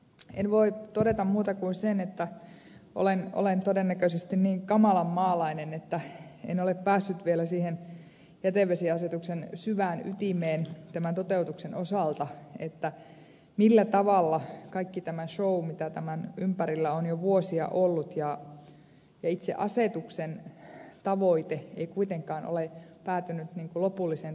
en voi todeta muuta kuin sen että olen todennäköisesti niin kamalan maalainen että en ole päässyt vielä siihen jätevesiasetuksen syvään ytimeen tämän toteutuksen osalta millä tavalla kaikki tämä show mitä tämän ympärillä on jo vuosia ollut ja itse asetuksen tavoite ei kuitenkaan ole päätynyt lopulliseen toteutukseen